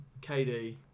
KD